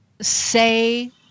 Say